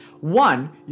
One